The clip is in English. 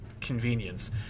convenience